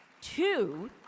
Two